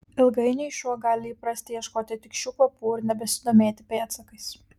ilgainiui šuo gali įprasti ieškoti tik šių kvapų ir nebesidomėti pėdsakais